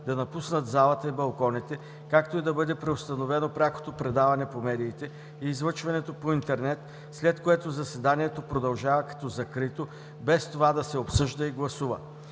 да напуснат залата и балконите, както и да бъде преустановено прякото предаване по медиите и излъчването по интернет, след което заседанието продължава като закрито, без това да се обсъжда и гласува.